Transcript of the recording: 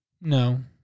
No